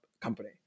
company